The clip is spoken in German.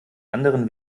anderen